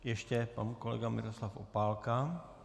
Ještě pan kolega Miroslav Opálka.